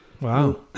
Wow